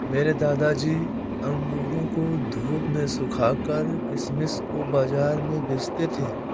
मेरे दादाजी अंगूरों को धूप में सुखाकर किशमिश को बाज़ार में बेचते थे